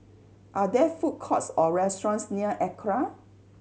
are there food courts or restaurants near ACRA